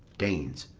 danes.